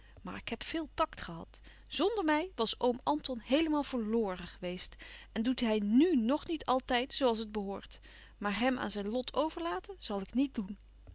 maar ik heb heel veel tact gehad zonder mij was oom anton heelemaal verloren geweest al doet hij nù nog niet altijd zoo als het behoort maar hem aan zijn lot overlaten zal ik niet doen